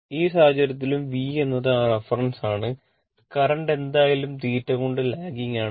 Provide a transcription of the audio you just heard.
ആ സാഹചര്യത്തിലും V എന്നത് ആ റഫറൻസ് ആണ് കറന്റ് എന്തായാലും θ കൊണ്ട് ലാഗിംഗ് ആണ്